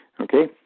Okay